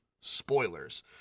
Spoilers